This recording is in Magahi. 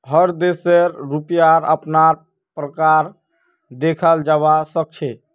हर देशेर रुपयार अपना प्रकार देखाल जवा सक छे